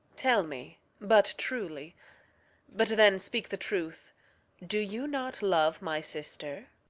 tell me but truly but then speak the truth do you not love my sister?